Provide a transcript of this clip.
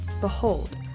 Behold